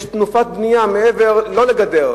יש תנופת בנייה מעבר, לא לגדר,